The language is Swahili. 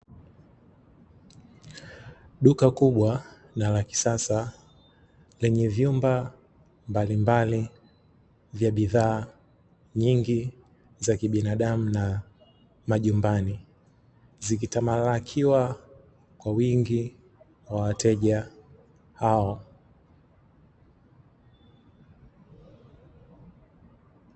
Duka kubwa na la kisasa Lenye vyumba mbalimbali vya bidhaa nyingi za kibinadamu na Majumbani, zikitamalakiwa kwa wingi na wateja hawa.